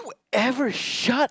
every shut up